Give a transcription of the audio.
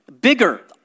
bigger